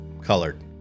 colored